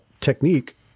technique